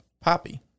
poppy